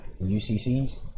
UCCs